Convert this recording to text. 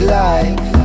life